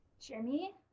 Jimmy